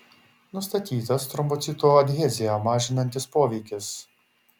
nustatytas trombocitų adheziją mažinantis poveikis